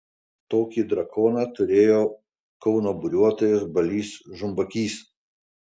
tokį drakoną turėjo kauno buriuotojas balys žumbakys